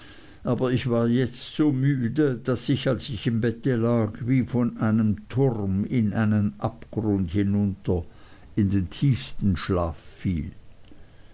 aber ich war jetzt so müde daß ich als ich im bette lag wie von einem turm in einen abgrund hinunter in den tiefsten schlaf fiel